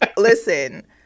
Listen